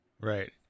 Right